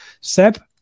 Seb